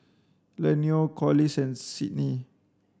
Eleanore Corliss and Sydnie